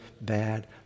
bad